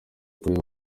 kureba